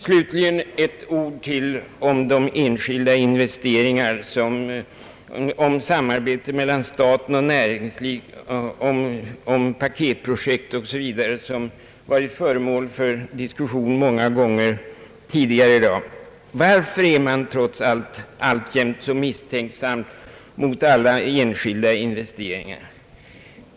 Slutligen ett ord om enskilda investeringar, samarbete mellan staten och näringslivet, paketprojekt osv., som varit föremål för diskussion många gånger tidigare i dag. Varför är man trots allt forfarande så misstänksam mot alla enskilda investeringar?